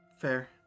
Fair